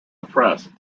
oppressed